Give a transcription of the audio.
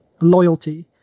loyalty